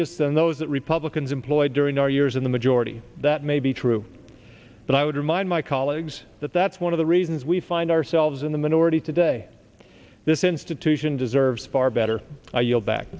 egregious than those that republicans employed during our years in the majority that may be true but i would remind my colleagues that that's one of the reasons we find ourselves in the minority today this institution deserves far better i yield back